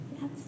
yes